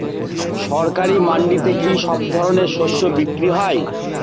সরকারি মান্ডিতে কি সব ধরনের শস্য বিক্রি হয়?